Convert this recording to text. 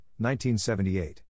1978